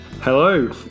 Hello